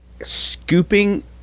scooping